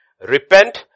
repent